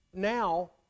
Now